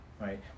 right